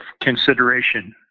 consideration